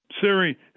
Siri